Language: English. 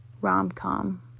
rom-com